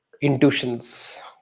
intuitions